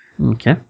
Okay